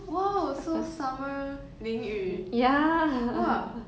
!wow! so summer lin yu !wah!